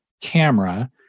camera